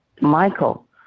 Michael